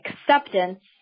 acceptance